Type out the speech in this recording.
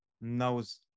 knows